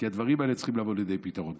כי הדברים האלה צריכים לבוא לידי פתרון.